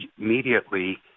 immediately